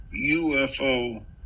UFO